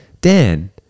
Dan